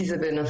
כי זה בנפשי,